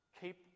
Keep